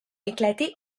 éclaté